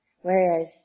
Whereas